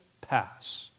pass